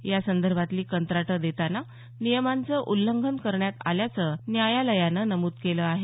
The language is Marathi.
यासंदर्भातली कंत्राटं देताना नियमांचं उल्लंघन करण्यात आल्याचं न्यायालयानं नमूद केलं आहे